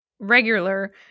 regular